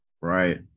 Right